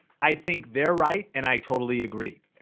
i think they're right and i totally agree.